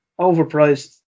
overpriced